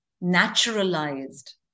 naturalized